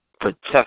protect